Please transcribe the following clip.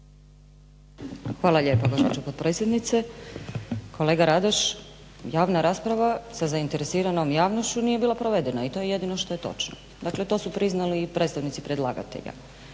Hvala lijepo gospođo potpredsjednice. Kolega Radoš, javna rasprava sa zainteresiranom javnošću nije bila provedena i to je jedino što je točno. Dakle, to su priznali i predstavnici predlagatelja.